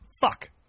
Fuck